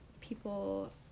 people